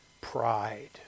pride